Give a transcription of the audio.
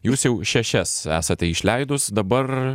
jūs jau šešias esate išleidus dabar